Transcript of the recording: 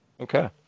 Okay